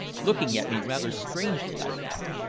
looking at me rather strangely, i thought.